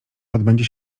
odbędzie